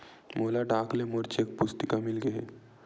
मोला डाक ले मोर चेक पुस्तिका मिल गे हे